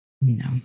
No